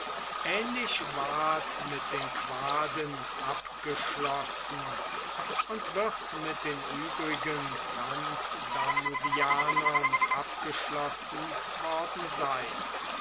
ähnlich ward mit den quaden abgeschlossen und wird mit den übrigen transdanuvianern abgeschlossen worden sein